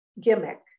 gimmick